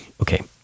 okay